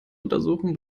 untersuchen